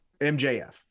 MJF